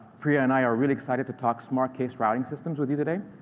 priya and i are really excited to talk smart case-routing systems with you today.